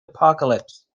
apocalypse